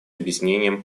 объяснением